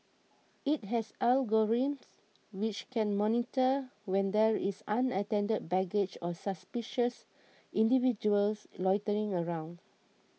it has algorithms which can monitor when there is unattended baggage or suspicious individuals loitering around